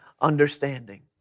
understanding